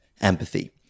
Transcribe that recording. empathy